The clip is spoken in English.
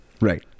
right